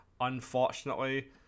unfortunately